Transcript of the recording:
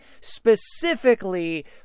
specifically